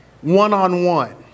one-on-one